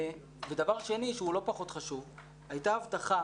דבר שני שהוא לא פחות חשוב, הייתה הבטחה